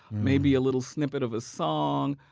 maybe a little snippet of a song.